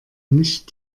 nicht